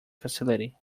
facility